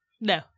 No